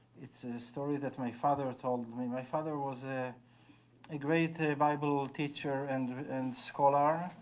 it's a story that my father told me. my father was ah a great bible teacher and scholar.